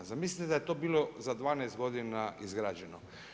Zamislite da je to bilo za 12 godina izgrađeno.